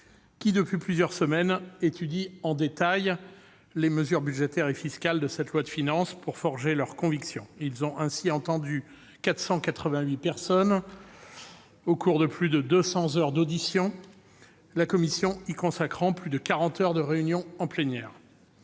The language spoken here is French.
qui, depuis plusieurs semaines, étudient en détail les mesures budgétaires et fiscales de ce projet de loi de finances pour forger leurs convictions. Ils ont ainsi entendu 488 personnes au cours de plus de deux cents heures d'audition, la commission y consacrant plus de quarante heures de réunions plénières.